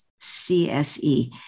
CSE